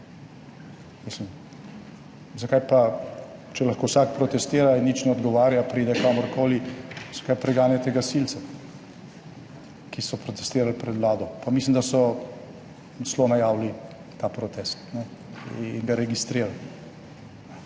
zakaj pa, če lahko vsak protestira in nič ne odgovarja, pride kamorkoli, zakaj preganjate gasilcem, ki so protestirali pred Vlado? Pa mislim, da so celo najavili ta protest in ga registrirali.